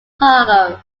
cargo